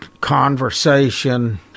conversation